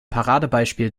paradebeispiel